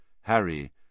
Harry